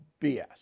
BS